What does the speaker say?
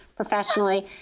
professionally